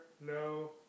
no